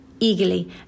eagerly